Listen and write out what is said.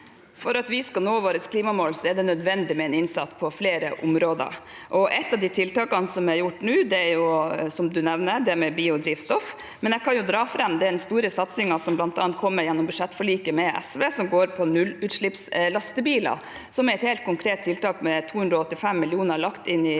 For at vi skal nå våre klimamål er det nødvendig med en innsats på flere områder. Et av de tiltakene som er gjort nå, er det som representanten Elvestuen nevner: biodrivstoff. Jeg kan også dra fram den store satsingen, som bl.a. kommer gjennom budsjettforliket med SV, som går på nullutslippslastebiler. Det er et helt konkret tiltak med 285 mill. kr lagt inn i